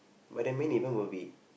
but the main event will be